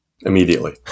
immediately